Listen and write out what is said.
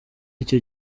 icyo